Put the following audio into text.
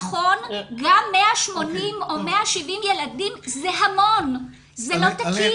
נכון, גם 180 או 170 ילדים זה המון, זה לא תקין,